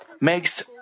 makes